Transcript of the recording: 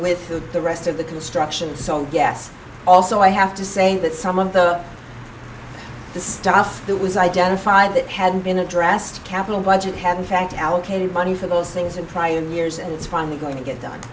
with the rest of the construction so yes also i have to say that some of the the stuff that was identified that had been addressed capital budget had in fact allocated money for those things and try in years and it's finally going to get done